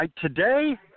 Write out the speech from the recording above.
Today